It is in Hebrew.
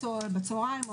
פרטנו